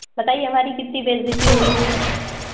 بتائیے ہماری کتنی بےعزتی ہوئی ہے